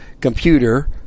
computer